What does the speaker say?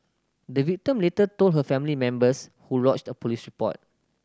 the victim later told her family members who lodged a police report